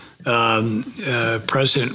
President